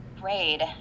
grade